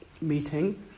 meeting